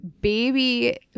baby